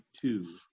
two